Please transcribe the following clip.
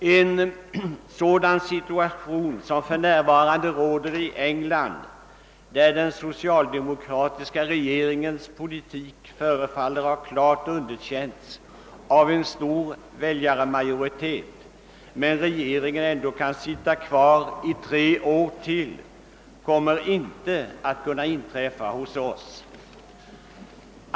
Den nuvarande situationen i England, där den socialdemokratiska regeringens politik förefaller ha klart underkänts av en stor väljarmajoritet, medan regeringen ändå kan sitta kvar i ytterligare tre år, kommer inte att kunna inträffa hos oss.